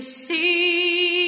see